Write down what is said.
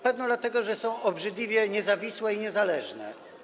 Pewno dlatego że są obrzydliwie niezawisłe i niezależne.